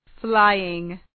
flying